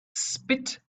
spit